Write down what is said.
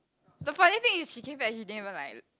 the funny thing is she came back she didn't even like